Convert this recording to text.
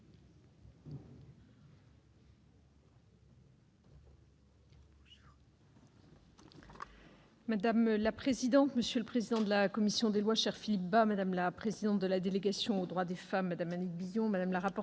Madame la présidente, monsieur le président de la commission des lois - cher Philippe Bas -, madame la présidente de la délégation aux droits des femmes - chère Annick Billon -, madame la rapporteur